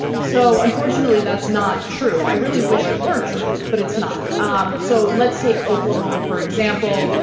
so, unfortunately that's not true. i really wish it were true, but it's not. um so let's take oklahoma, for example.